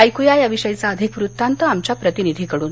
ऐक्या याविषयीचा अधिक वृत्तांत आमच्या प्रतिनीधींकडून